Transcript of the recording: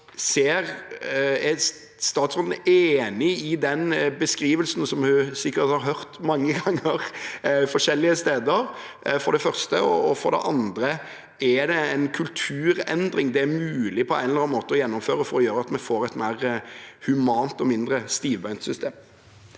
Er statsråden enig i den beskrivelsen, som hun sikkert har hørt mange ganger forskjellige steder? For det andre: Er det en kulturendring det på en eller annen måte er mulig å gjennomføre, for å gjøre at vi får et mer humant og mindre stivbeint system?